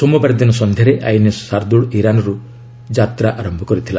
ସୋମବାର ଦିନ ସନ୍ଧ୍ୟାରେ ଆଇଏନ୍ଏସ୍ ଶାର୍ଦ୍ଦୁଲ୍ ଇରାନ୍ରୁ ଯାତ୍ରାର ଆରମ୍ଭ କରିଥିଲା